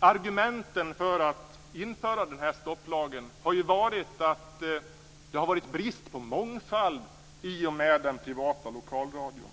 Argumenten för att införa stopplagen har varit att det har rått brist på mångfald i och med den privata lokalradion.